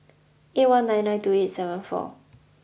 eight one nine nine two eight seven four